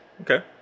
Okay